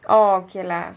orh okay lah